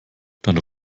dann